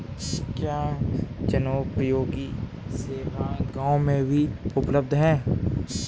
क्या जनोपयोगी सेवा गाँव में भी उपलब्ध है?